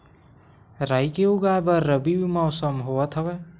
राई के उगाए बर रबी मौसम होवत हवय?